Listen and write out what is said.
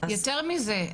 יותר מזה.